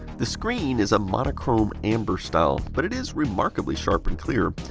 the screen is a monochrome amber style, but it is remarkably sharp and clear.